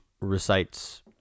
recites